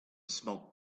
smoke